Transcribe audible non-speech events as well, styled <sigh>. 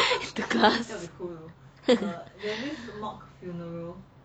touch the glass <laughs>